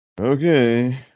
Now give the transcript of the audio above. okay